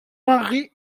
mari